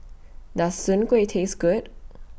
Does Soon Kuih Taste Good